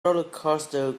rollercoaster